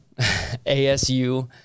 ASU